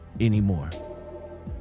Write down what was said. anymore